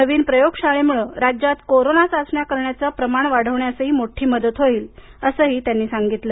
नवीन प्रयोगशाळेमुळे राज्यात कोरोन चाचण्या करण्याचे प्रमाण वाढवण्यास मोठी मदत होईल असंही त्यांनी सांगितलं